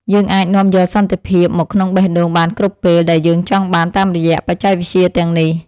យើងអាចនាំយកសន្តិភាពមកក្នុងបេះដូងបានគ្រប់ពេលដែលយើងចង់បានតាមរយៈបច្ចេកវិទ្យាទាំងនេះ។